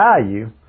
value